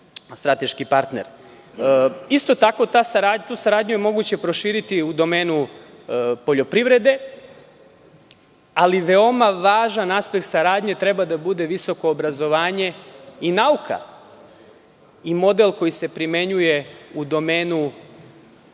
strateški partner. Isto tako tu saradnju je moguće proširiti u domenu poljoprivrede, ali veoma važan aspekt saradnje treba da bude visoko obrazovanje i nauka i model koji se primenjuje u domenu